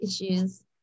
issues